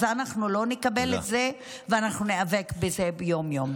אז אנחנו לא נקבל את זה ואנחנו ניאבק בזה יום-יום.